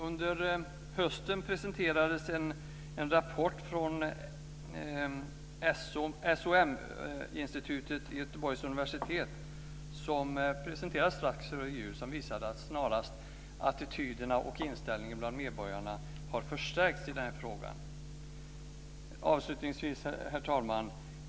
Under hösten presenterades en rapport från ett institut vid Göteborgs universitet som visade snarare att attityderna och inställningen bland medborgarna har förstärkts i frågan. Herr talman!